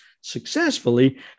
successfully